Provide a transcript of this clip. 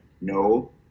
No